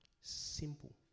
Simple